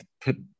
put